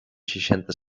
seixanta